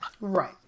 Right